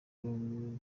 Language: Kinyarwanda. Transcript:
bwo